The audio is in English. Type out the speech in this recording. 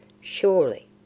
surely